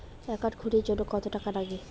Account খুলির জন্যে কত টাকা নাগে?